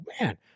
man